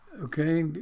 Okay